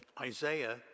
Isaiah